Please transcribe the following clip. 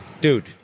dude